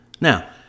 Now